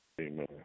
Amen